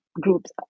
groups